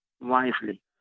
wisely